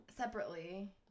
separately